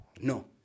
No